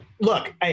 look